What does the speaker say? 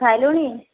ଖାଇଲୁଣି